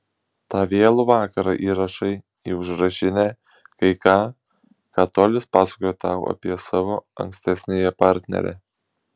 tą vėlų vakarą įrašai į užrašinę kai ką ką tolis pasakojo tau apie savo ankstesniąją partnerę